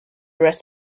rest